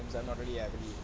films are not really